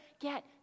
get